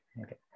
Okay